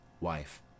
Wife